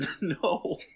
no